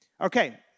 Okay